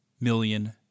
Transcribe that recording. million